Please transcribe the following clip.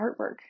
artwork